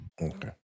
Okay